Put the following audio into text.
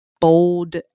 bold